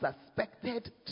suspected